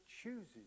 chooses